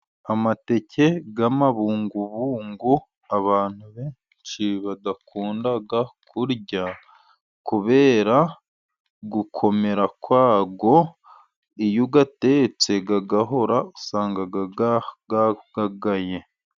Amateke y'amabungubungu abantu benshi badakunda kurya kubera gukomera kwago, iyo uyatetse agahora usanga yagagaye.